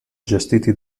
gestiti